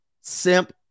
simp